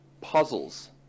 puzzles